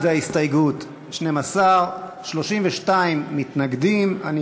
ההסתייגות של חברי הכנסת זהבה גלאון, אילן גילאון,